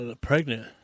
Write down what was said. pregnant